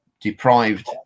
deprived